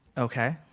okay.